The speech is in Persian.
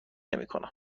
نمیکنم